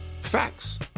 Facts